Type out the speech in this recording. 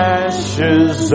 ashes